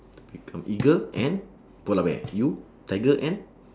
to become eagle and polar bear you tiger and